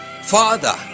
Father